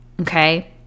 okay